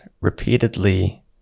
repeatedly